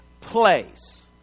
place